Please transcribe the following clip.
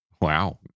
Wow